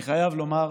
אני חייב לומר,